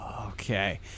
okay